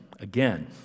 again